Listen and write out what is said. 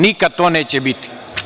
Nikad to neće biti.